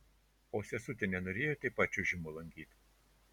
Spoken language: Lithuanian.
o sesutė nenorėjo taip pat čiuožimo lankyti